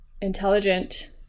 intelligent